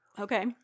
Okay